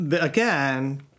again